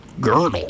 Girdle